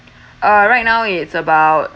uh right now it's about